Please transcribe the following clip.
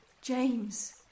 James